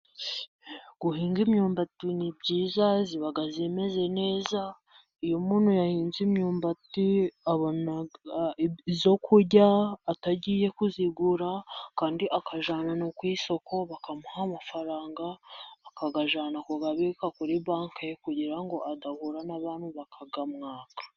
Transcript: Guhinga imyumbati ni byiza iba imeze neza, iyo umuntu yahinze imyumbati abona iyo kurya, atagiye kuyigura kandi akajyana no ku isoko bakamuha amafaranga, akayajyana kuyabika kuri bake ye, kugira ngo adahura n'abantu bakayamwaka.